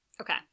Okay